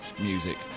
music